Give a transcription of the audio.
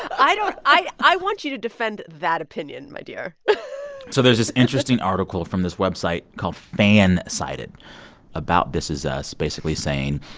i don't i i want you to defend that opinion, my dear so there's this interesting article from this website called fansided about this is us basically saying,